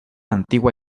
antigua